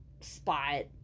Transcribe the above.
spot